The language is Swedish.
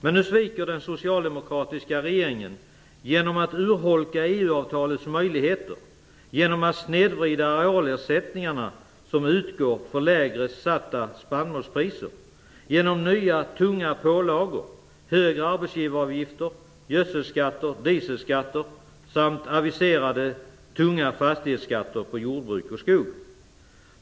Men nu sviker den socialdemokratiska regeringen genom att urholka EU avtalets möjligheter, genom att snedvrida arealersättningarna som utgår för lägre satta spannmålspriser, genom nya tunga pålagor, högre arbetsgivaravgifter, gödselskatter, dieselskatter samt aviserade tunga fastighetsskatter på jordbruk och skogsbruk.